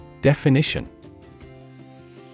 Definition